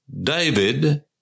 David